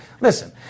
Listen